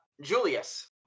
Julius